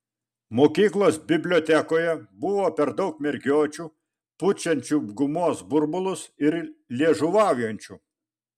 mokyklos bibliotekoje buvo per daug mergiočių pučiančių gumos burbulus ir liežuvaujančių